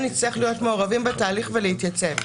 נצטרך להיות מעורבים בתהליך ולהתייצב.